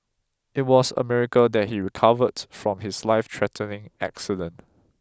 it was a miracle that he recovered from his lifethreatening accident